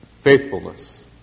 Faithfulness